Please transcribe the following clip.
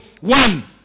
One